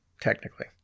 Technically